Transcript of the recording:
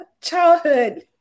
childhood